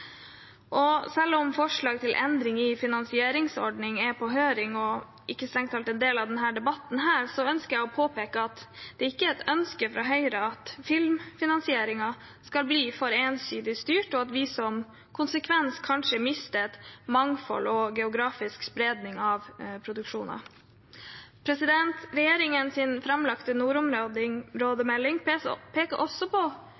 Selv om forslag til endring i finansieringsordning er på høring og strengt tatt ikke er en del av denne debatten, ønsker jeg å påpeke at det ikke er et ønske fra Høyre at filmfinansieringen skal bli for ensidig styrt, og at vi som konsekvens kanskje mister mangfold og geografisk spredning av produksjoner. Regjeringens framlagte nordområdemelding peker også på hvor viktig det er at folk kjenner seg igjen i de historiene som blir fortalt på